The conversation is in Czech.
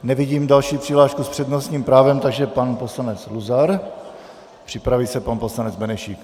Nevidím další přihlášku s přednostním právem, takže pan poslanec Luzar, připraví se pan poslanec Benešík.